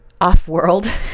off-world